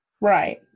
Right